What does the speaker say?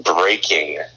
breaking